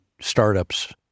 startups